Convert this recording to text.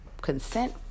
consent